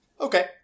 Okay